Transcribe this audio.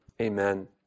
Amen